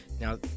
now